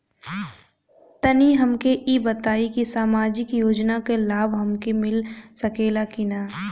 तनि हमके इ बताईं की सामाजिक योजना क लाभ हमके मिल सकेला की ना?